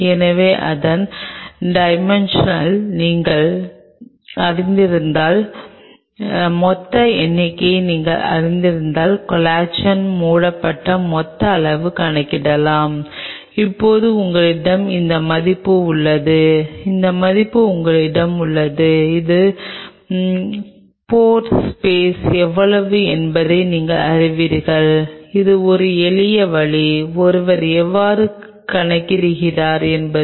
எனவே இந்த சிறிய வரிசைகளின் அடிப்படையில் திரும்பி வருவதால் அந்த சப்ஸ்ர்டேட் செல்கள் சரியாக ஒட்டிக்கொண்டிருக்கிறதா இல்லையா என்பதை நீங்கள் கண்டுபிடிக்க முடியும்